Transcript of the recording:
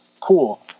Cool